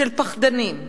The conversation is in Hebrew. של פחדנים,